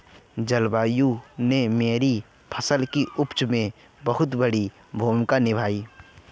जलवायु ने मेरी फसल की उपज में बहुत बड़ी भूमिका निभाई